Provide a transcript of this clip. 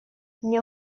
мне